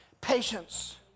Patience